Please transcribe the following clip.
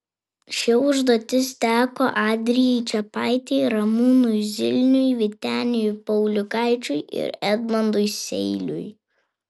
ši užduotis teko adrijai čepaitei ramūnui zilniui vyteniui pauliukaičiui ir edmundui seiliui